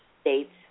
States